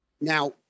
Now